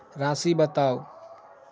राशि बताउ